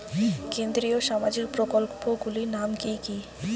কেন্দ্রীয় সামাজিক প্রকল্পগুলি নাম কি কি?